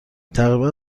تقریبا